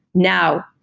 now,